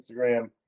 Instagram